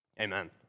Amen